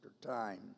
time